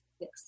Yes